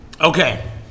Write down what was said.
Okay